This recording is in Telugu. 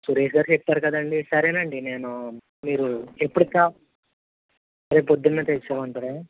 సురేష్ గారు చెప్పారు కదండి సరే అండి నేను మీరు ఎప్పుడికి కా రేపు పొద్దున్న తెచ్చి ఇవ్వమంటారా